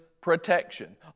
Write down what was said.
protection